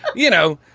you know,